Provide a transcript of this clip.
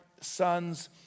sons